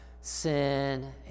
sin